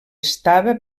estava